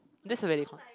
that's a valid point